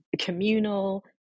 communal